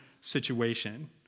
situation